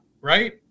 right